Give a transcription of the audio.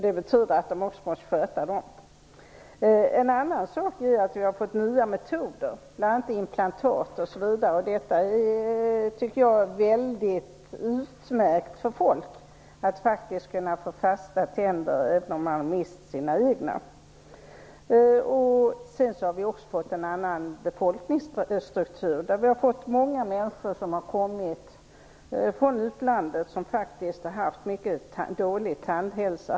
Det betyder att de också måste sköta dem. En annan sak är att vi har fått nya metoder, bl.a. implantat, osv. Det är utmärkt för människor att kunna få fasta tänder även om de mist sina egna. Sedan har vi också fått en annan befolkningsstruktur. Många människor har kommit från utlandet och har haft mycket dålig tandhälsa.